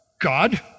God